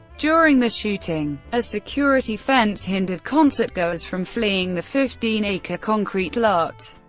during the shooting, a security fence hindered concertgoers from fleeing the fifteen acre concrete lot.